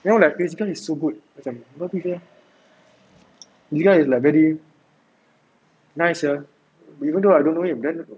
you know like this guy is so good macam bilal is like very nice sia even though I don't know him then